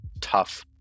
tough